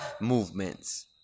movements